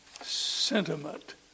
sentiment